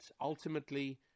ultimately